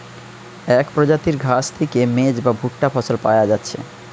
এক প্রজাতির ঘাস থিকে মেজ বা ভুট্টা ফসল পায়া যাচ্ছে